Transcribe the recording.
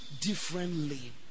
differently